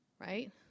right